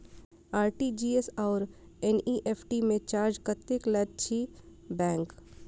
RTGS आओर NEFT मे charge कतेक लैत अछि बैंक?